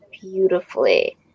beautifully